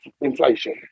inflation